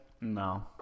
No